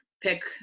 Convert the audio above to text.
pick